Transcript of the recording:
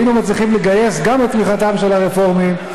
היינו מצליחים לגייס גם את תמיכתם של הרפורמים,